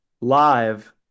live